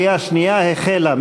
הצבעה בקריאה שנייה החלה.